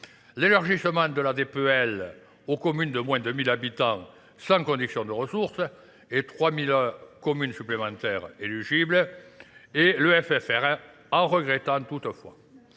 l'élargissement de la DPL aux communes de moins de 1000 habitants sans condition de ressources et 3000 communes supplémentaires éligibles, et le FFR, en regrettant toutefois